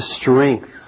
strength